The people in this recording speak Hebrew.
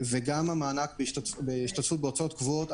גם המענק בהשתתפות בהוצאות קבועות,